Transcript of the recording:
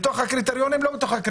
בתוך הקריטריונים או לא בתוכם.